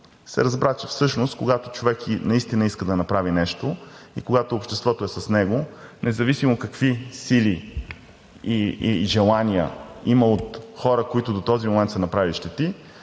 се разбра, че всъщност когато човек наистина иска да направи нещо и когато обществото е с него, независимо какви сили и желания има от хора, които до този момент са направили щети,